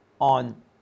on